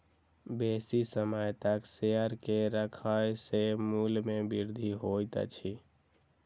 बेसी समय तक शेयर के राखै सॅ मूल्य में वृद्धि होइत अछि